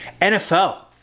NFL